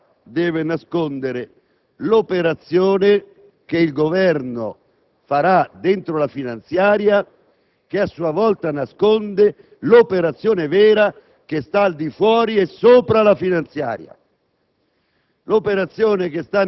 Perché, in realtà, deve nascondere l'operazione che attuerà dentro la finanziaria, che a sua volta nasconde l'operazione vera che sta al di fuori e sopra la finanziaria.